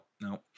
no